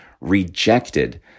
rejected